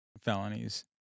felonies